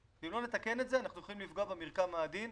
הצעת החוק הזאת קובעת קריטריונים שאנחנו לא יודעים מה הבסיס שלהם,